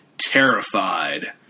terrified